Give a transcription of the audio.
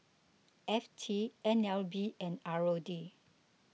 F T N L B and R O D